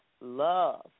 love